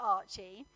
Archie